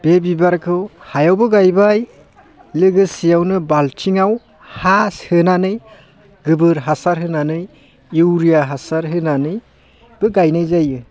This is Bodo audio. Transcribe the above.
बे बिबारखौ हायावबो गायबाय लोगोसेयावनो बालथिङाव हा सोनानै गोबोर हासार होनानै इउरिया हासार होनानैबो गायनाय जायो